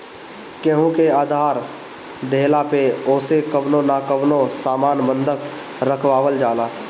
केहू के उधार देहला पअ ओसे कवनो न कवनो सामान बंधक रखवावल जाला